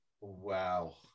Wow